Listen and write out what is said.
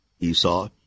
Esau